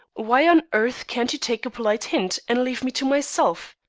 why on earth cannot you take a polite hint, and leave me to myself?